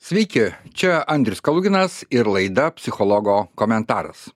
sveiki čia andrius kaluginas ir laida psichologo komentaras